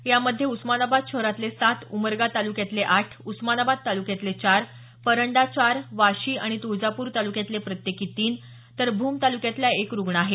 यामध्ये उस्मानाबाद शहरातले सात उमरगा तालुक्यातले आठ उस्मानाबाद तालुक्यातले चार परंडा चार वाशी आणि तुळजापूर तालुक्यातले प्रत्येकी तीन तर भूम तालुक्यातला एक रुग्ण आहे